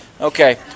Okay